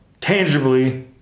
tangibly